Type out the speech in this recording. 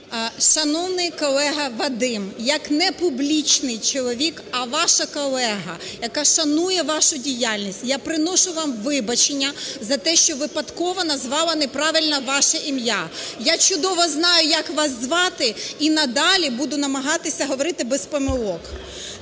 Шановний колега Вадим, як непублічний чоловік, а ваша колега, яка шанує вашу діяльність, я приношу вам вибачення за те, що випадково назвала неправильно ваше ім'я. Я чудово знаю, як вас звати, і надалі буду намагатися говорити без помилок.